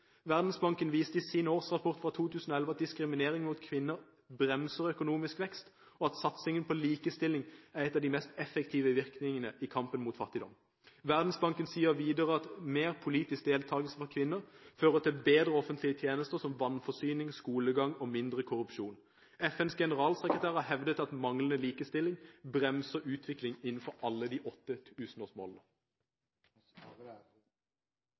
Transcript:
Verdensbanken viste i sin årsrapport fra 2011 at diskriminering mot kvinner bremser økonomisk vekst og at satsingen på likestilling er et av de mest effektive virkemidlene i kampen mot fattigdom. Verdensbanken sier videre at mer politisk deltakelse fra kvinner fører til bedre offentlige tjenester, som vannforsyning, skolegang og mindre korrupsjon. FNs generalsekretær har hevdet at manglende likestilling bremser utviklingen innenfor alle de åtte tusenårsmålene.